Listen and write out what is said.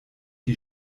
die